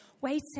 waiting